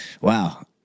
Wow